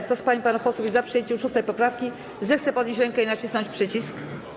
Kto z pań i panów posłów jest za przyjęciem 6. poprawki, zechce podnieść rękę i nacisnąć przycisk.